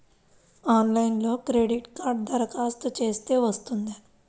ఆన్లైన్లో క్రెడిట్ కార్డ్కి దరఖాస్తు చేస్తే వస్తుందా?